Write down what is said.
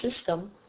system